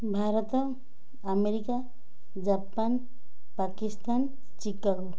Bharat America Japan Pakistan Chicago